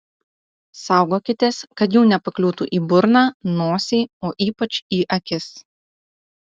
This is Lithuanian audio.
saugokitės kad jų nepakliūtų į burną nosį o ypač į akis